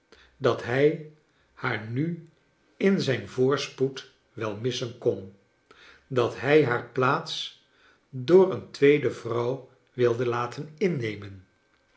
dat hij haar nu in zijn voorspoed wel missen kon dat hij haar plaats door een tweede vrouw wilde laten innemen